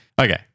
okay